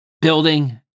building